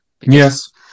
Yes